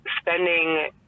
spending